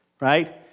right